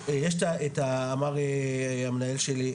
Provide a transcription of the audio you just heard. אני אומר לכם